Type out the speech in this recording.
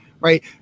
Right